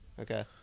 Okay